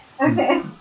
Okay